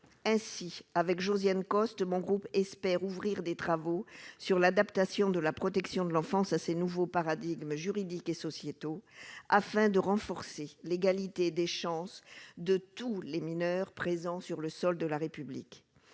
ainsi avec Josiane Costes mon groupe espère ouvrir des travaux sur l'adaptation de la protection de l'enfance à ces nouveaux paradigmes juridique et sociétaux afin de renforcer l'égalité des chances, de tous les mineurs présents sur le sol de la République,